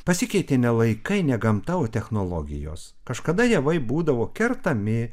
pasikeitė ne laikai ne gamta o technologijos kažkada javai būdavo kertami